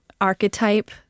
archetype